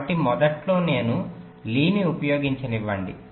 కాబట్టి మొదట్లో నేను లీని ఉపయోగించనివ్వండి